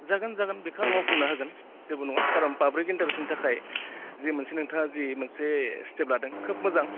जागोन जागोन बेखो आं मावफुंना होगोन जेबो नङा कारन पाब्लिक इन्टारेकसननि थाखाय जि मोनसे नोंथाङा जि मोनसे स्टेप लादों खोब मोजां